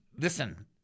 Listen